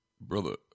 Brother